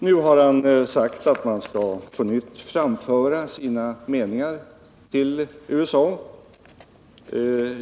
Nu har han sagt att man på nytt skall framföra sina meningar till USA.